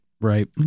Right